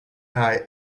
eye